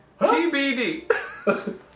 TBD